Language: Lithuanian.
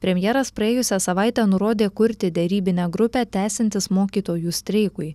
premjeras praėjusią savaitę nurodė kurti derybinę grupę tęsiantis mokytojų streikui